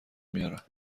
میارم